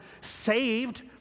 saved